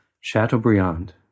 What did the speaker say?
Chateaubriand